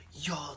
Yo